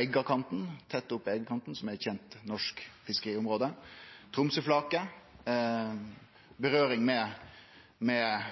Eggakanten, tett opp til den kanten som er eit kjent norsk fiskeriområde, Tromsøflaket, berøring med